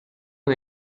for